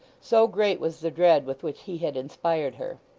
so great was the dread with which he had inspired her.